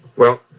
well,